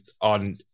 on